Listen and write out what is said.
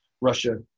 Russia